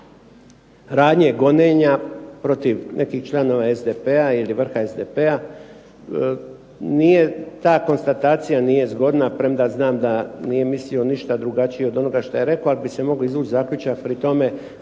radnje gonjenja protiv nekih članova SDP-a ili vrha SDP-a nije ta konstatacija nije zgodna, premda znam da nije mislio ništa drugačije od onoga što je rekao. Ali bi se mogao izvući zaključak pri tome